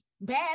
bad